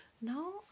Now